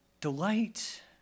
Delight